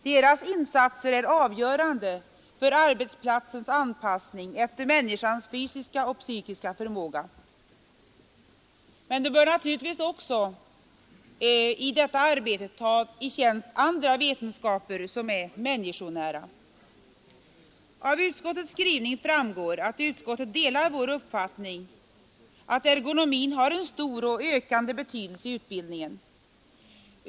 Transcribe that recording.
Deras insatser är avgörande för arbetsplatsens anpassning efter människans fysiska och psykiska förmåga, men de bör naturligtvis också i detta arbete ta i tjänst andra vetenskaper som är människonära. Av utskottets skrivning framgår att utskottet delar vår uppfattning att ergonomin har en stor och ökande betydelse i utbildningen.